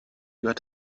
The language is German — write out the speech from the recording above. gehört